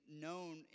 known